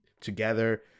together